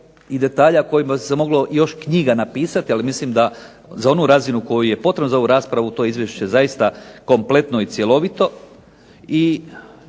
i detalja o kojima bi se moglo još knjiga napisati, ali mislim da za onu razinu koju je potrebno za ovu raspravu to je izvješće kompletno i cjelovito.